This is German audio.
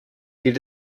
hielt